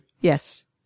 Yes